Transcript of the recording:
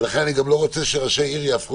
ולכן אני גם לא רוצה שראשי עיר יהפכו